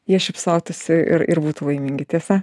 jie šypsotųsi ir ir būtų laimingi tiesa